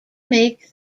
make